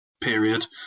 period